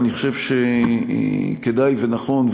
אני חושב שכדאי ונכון,